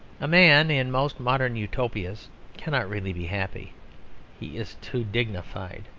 a man in most modern utopias cannot really be happy he is too dignified.